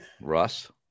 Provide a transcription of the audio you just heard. Russ